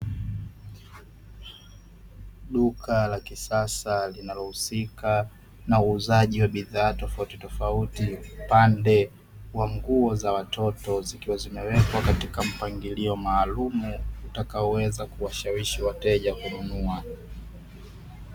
Duka la kisasa linalohusika na uuzaji wa bidhaa tofauti tofauti upande wa nguo za watoto, zikiwa zimewekwa katika mpangilio maalumu, utakaoweza kuwashawishi wateja kununua.